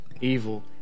evil